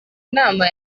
inama